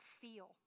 feel